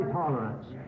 tolerance